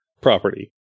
property